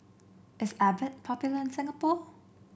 is Abbott popular in Singapore